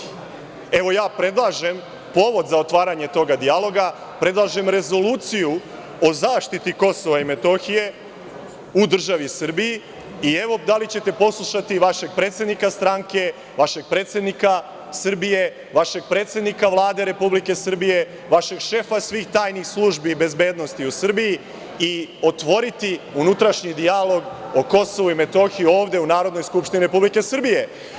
Evo predlažem povod za otvaranje tog dijaloga, predlažem rezoluciju o zaštiti KiM u državi Srbiji i evo da li ćete poslušati vašeg predsednika stranke, vašeg predsednika Srbije, vašeg predsednika Vlade Republike Srbije, vašeg šefa svih tajnih službi bezbednosti u Srbiji i otvoriti unutrašnji dijalog o KiM ovde u Narodnoj skupštini Republike Srbije.